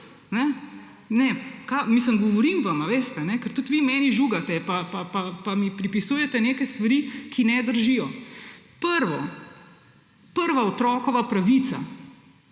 govorim vam, a veste, ker tudi vi meni žugate pa mi pripisujete neke stvari, ki ne držijo. Prva, prva otrokova pravica